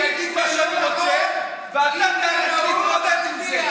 אני אגיד מה שאני רוצה ואתה תתמודד עם זה.